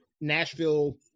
Nashville